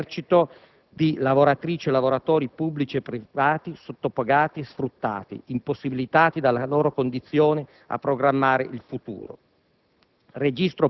un enorme esercito di lavoratrici e lavoratori, pubblici e privati, sottopagati e sfruttati, impossibilitati dalla loro condizione a programmare il futuro.